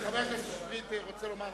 חבר הכנסת שטרית רוצה לומר משהו?